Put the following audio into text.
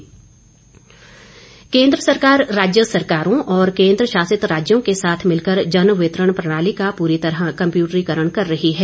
वीरेन्द्र कश्यप केन्द्र सरकार राज्य सरकारों और केन्द्र शासित राज्यों के साथ मिलकर जन वितरण प्रणाली का पूरी तरह कम्पयूटरीकरण कर रही है